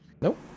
Nope